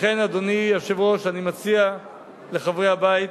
לכן, אדוני היושב-ראש, אני מציע לחברי הבית